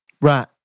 Right